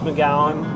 McGowan